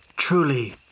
Truly